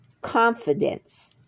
confidence